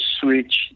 switch